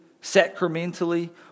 sacramentally